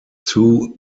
two